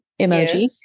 emoji